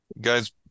guys